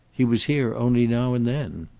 he was here only now and then.